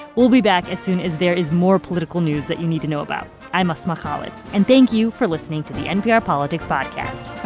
we'll be back as soon as there is more political news that you need to know about. i'm asma khalid. and thank you for listening to the npr politics podcast